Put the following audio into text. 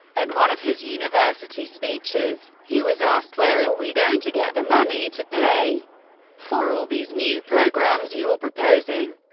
at one of his university speeches, he was asked, where are we going to get the money to pay for all these new programs you're proposing?